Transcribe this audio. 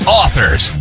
authors